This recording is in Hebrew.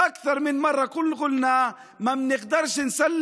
אמרנו יותר מפעם אחת שאיננו יכולים לתת